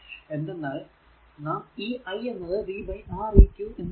എന്തെന്നാൽ നാം ഈ i എന്നത് v R eq എന്ന് എഴുതുന്നു